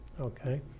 Okay